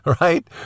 right